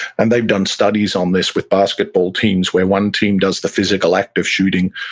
and they've done studies on this with basketball teams where one team does the physical act of shooting,